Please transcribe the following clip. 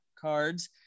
cards